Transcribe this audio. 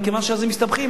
מכיוון שאז הם מסתבכים,